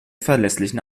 verlässlichen